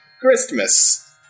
Christmas